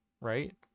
right